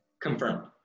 Confirmed